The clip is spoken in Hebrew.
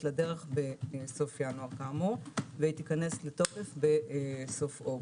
לדרך בסוף ינואר כאמור והיא תיכנס לתוקף בסוף אוגוסט.